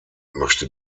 möchte